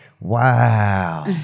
Wow